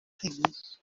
things